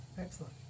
Excellent